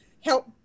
help